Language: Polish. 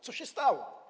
Co się stało?